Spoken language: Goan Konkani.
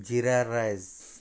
जिरा रायस